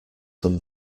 some